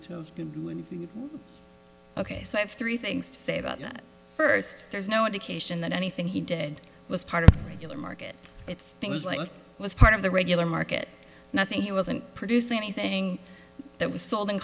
to ok so i have three things to say about that first there's no indication that anything he did was part of regular market it's things like was part of the regular market nothing he wasn't producing anything that was sold in